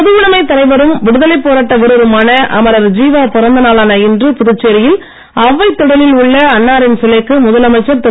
பொதுவுடைமை தலைவரும் விடுதலைப் போராட்ட வீரருமான அமரர் ஜீவா பிறந்த நாளான இன்று புதுச்சேரியில் அவ்வை திடலில் உள்ள அன்னாரின் சிலைக்கு முதலமைச்சர் திரு